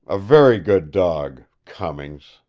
a very good dog, cummings.